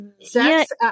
Sex